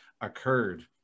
occurred